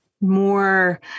more